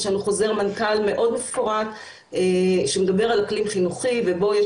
יש לנו חוזר מנכ"ל מאוד מפורט שמדבר על אקלים חינוכי ובו יש